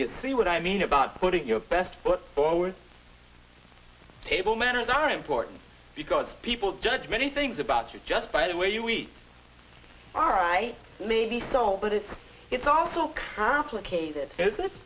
you see what i mean about putting your best foot forward table manners are important because people judge many things about you just by the way you eat all right maybe so but it's it's also half located